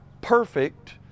perfect